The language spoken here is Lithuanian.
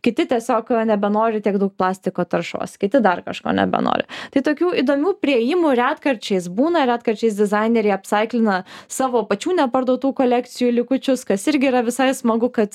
kiti tiesiog nebenori tiek daug plastiko taršos kiti dar kažko nebenori tai tokių įdomių priėjimų retkarčiais būna retkarčiais dizaineriai apsaiklina savo pačių neparduotų kolekcijų likučius kas irgi yra visai smagu kad